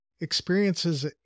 experiences